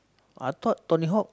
I thought Tony-Hawk